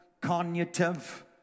cognitive